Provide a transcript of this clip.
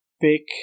pick